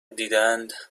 دیدهاند